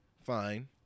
Fine